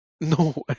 no